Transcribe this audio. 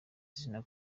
zina